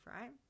right